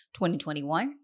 2021